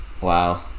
wow